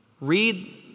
Read